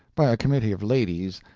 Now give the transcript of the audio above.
by a committee of ladies,